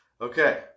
Okay